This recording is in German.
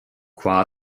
qua